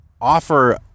offer